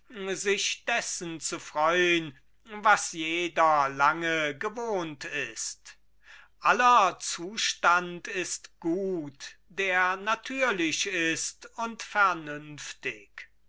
sich dessen zu freun was jeder lange gewohnt ist aller zustand ist gut der natürlich ist und